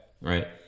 Right